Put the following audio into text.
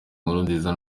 nkurunziza